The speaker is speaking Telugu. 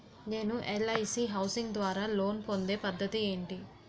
నేను ఎల్.ఐ.సి హౌసింగ్ ద్వారా లోన్ పొందే పద్ధతి ఏంటి?